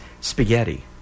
Spaghetti